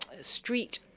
street